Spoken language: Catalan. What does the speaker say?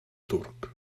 turc